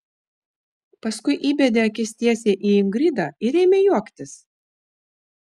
paskui įbedė akis tiesiai į ingridą ir ėmė juoktis